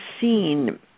seen